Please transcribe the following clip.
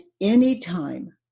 anytime